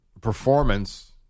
performance